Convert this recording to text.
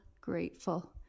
grateful